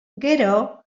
gero